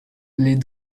les